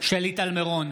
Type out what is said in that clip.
שלי טל מירון,